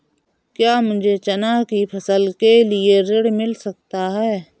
क्या मुझे चना की फसल के लिए ऋण मिल सकता है?